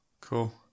Cool